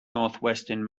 northwestern